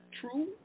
true